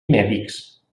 mèdics